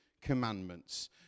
commandments